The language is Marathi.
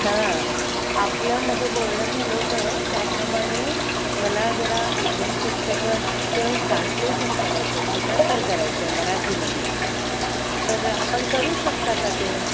हां आपल्यामध्ये बोलणं झालं होतं त्याप्रमाणे मला जरा एकदोन पुस्तकाचं ट्रान्सलेशन करायचं आहे भाषांतर करायचं आहे मराठीमध्ये तर आपण करू शकता का ते